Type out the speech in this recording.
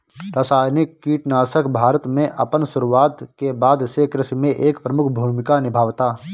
रासायनिक कीटनाशक भारत में अपन शुरुआत के बाद से कृषि में एक प्रमुख भूमिका निभावता